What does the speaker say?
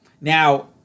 Now